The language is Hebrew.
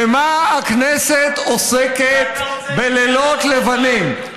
במה הכנסת עוסקת בלילות לבנים?